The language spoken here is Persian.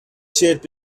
چرت